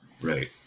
right